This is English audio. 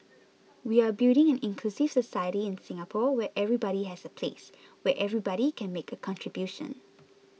we are building an inclusive society in Singapore where everybody has a place where everybody can make a contribution